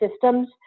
systems